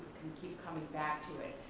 can keep coming back to it.